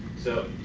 so